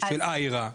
של Ayra,